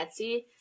Etsy